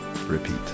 repeat